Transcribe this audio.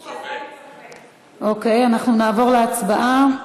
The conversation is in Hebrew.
אוקיי, אנחנו נעבור להצבעה,